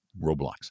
Roblox